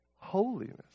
Holiness